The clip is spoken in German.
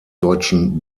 deutschen